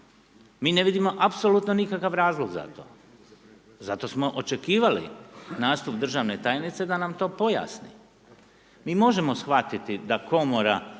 Mi ne vidimo apsolutno nikakav razlog za to. Zato smo očekivali nastup državne tajnice da nam to pojasni. Mi možemo shvatiti da komora